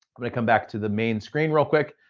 i'm gonna come back to the main screen real quick.